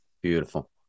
Beautiful